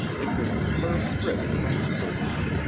it was the first rift in his courtesy.